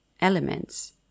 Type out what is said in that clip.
elements